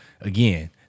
again